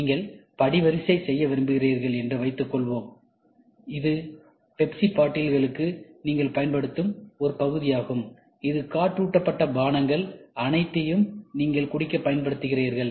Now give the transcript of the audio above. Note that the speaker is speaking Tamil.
நீங்கள் படிவரிசை செய்ய விரும்புகிறீர்கள் என்று வைத்துக் கொள்வோம் இது பெப்சி பாட்டில்களுக்கு நீங்கள் பயன்படுத்தும் ஒரு பகுதியாகும் இந்த காற்றூட்டப்பட்ட பானங்கள் அனைத்தையும் நீங்கள் குடிக்க பயன்படுத்துகிறீர்கள்